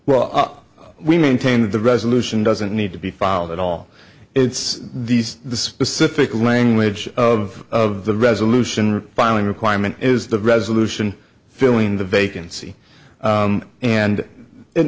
well we maintain that the resolution doesn't need to be filed at all it's these the specific language of of the resolution filing requirement is the resolution filling the vacancy and it